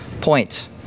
point